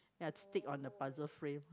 ya stick on the puzzle frame